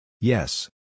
Yes